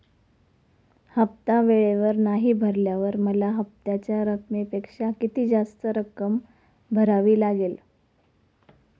हफ्ता वेळेवर नाही भरल्यावर मला हप्त्याच्या रकमेपेक्षा किती जास्त रक्कम भरावी लागेल?